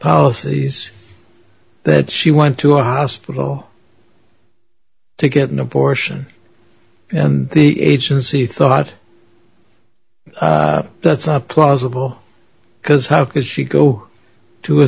policies that she went to a hospital to get an abortion and the agency thought that's not plausible because how could she go to a